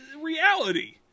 reality